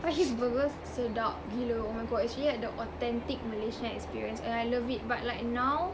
but his burgers sedap gila oh my god actually like the authentic malaysian experience and I love it but like now